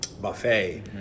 buffet